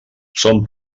són